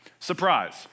Surprise